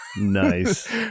Nice